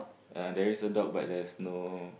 uh there is a dog but there's no